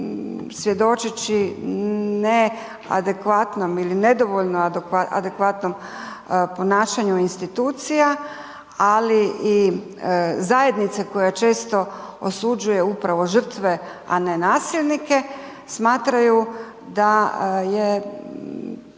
svjedočeći neadekvatnom ili nedovoljno adekvatnom ponašanju institucija, ali i zajednice koja često osuđuje upravo žrtve, a ne nasilnike, smatraju da je